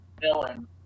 Villain